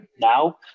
now